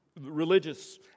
religious